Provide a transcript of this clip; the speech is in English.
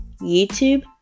YouTube